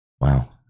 Wow